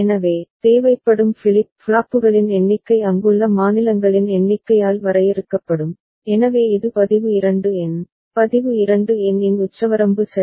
எனவே தேவைப்படும் ஃபிளிப் ஃப்ளாப்புகளின் எண்ணிக்கை அங்குள்ள மாநிலங்களின் எண்ணிக்கையால் வரையறுக்கப்படும் எனவே இது பதிவு 2 N பதிவு 2 N இன் உச்சவரம்பு சரி